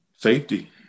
Safety